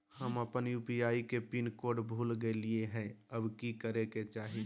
हम अपन यू.पी.आई के पिन कोड भूल गेलिये हई, अब की करे के चाही?